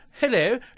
Hello